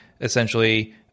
essentially